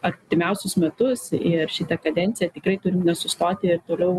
artimiausius metus ir šitą kadenciją tikrai turim nesustoti ir toliau